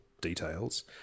details